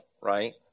right